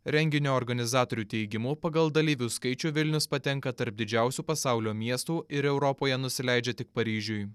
renginio organizatorių teigimu pagal dalyvių skaičių vilnius patenka tarp didžiausių pasaulio miestų ir europoje nusileidžia tik paryžiui